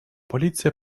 полиция